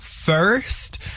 first